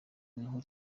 niho